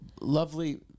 lovely